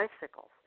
bicycles